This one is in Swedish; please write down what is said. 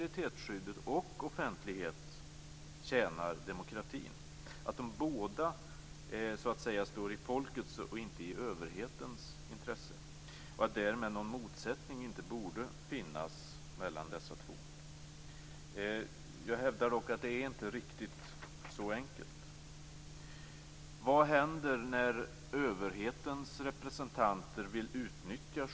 Centerpartiet och undertecknad tog därför under hösten 1998, strax efter PUL:s ikraftträdande, ett KU initiativ för att få till stånd en översyn om vad som snabbt kunde åtgärdas för att de traditionella yttrandefrihetsprinciperna inte skulle åsidosättas.